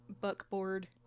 buckboard